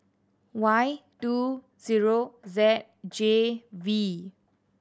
Y two zero Z J V